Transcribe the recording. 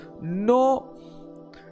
no